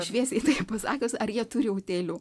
šviesiai taip pasakius ar jie turi utėlių